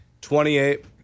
Twenty-eight